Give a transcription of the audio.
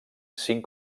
cinc